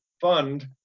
fund